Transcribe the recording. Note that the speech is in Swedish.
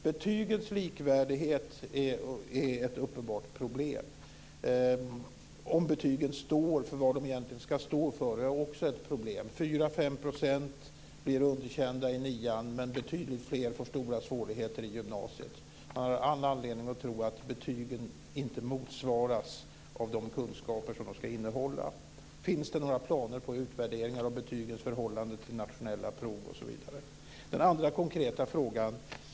Betygets likvärdighet är ett uppenbart problem. Om betygen står för vad de verkligen ska stå för är också ett problem. 4-5 % blir underkända i nian, men betydligt fler får stora svårigheter i gymnasiet. Jag har all anledning att tro att betygen inte motsvaras av de kunskaper som de ska innehålla. Finns det några planer på utvärderingar av betygens förhållande till nationella prov osv.? Jag har en annan konket fråga.